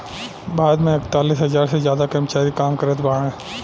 भारत मे एकतालीस हज़ार से ज्यादा कर्मचारी काम करत बाड़े